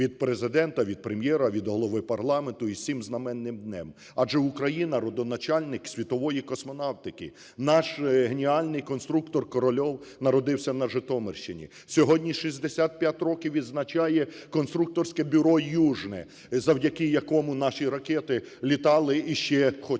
від Президента, від Прем'єра, від голови парламенту – із цим знаменним днем? Адже Україна – родоначальник світової космонавтики. Наш геніальний конструктор Корольов народився на Житомирщині. Сьогодні 65 років відзначає "Конструкторське бюро "Южне", завдяки якому наші ракети літали, і ще хоч